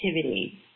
activity